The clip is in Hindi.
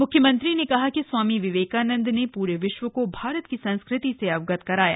म्ख्यमंत्री ने कहा कि स्वामी विवेकानन्द ने पूरे विश्व को भारत की संस्कृति से अवगत कराया